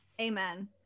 Amen